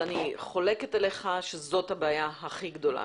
אבל אני חולקת עליך שזאת הבעיה הכי גדולה.